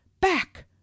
Back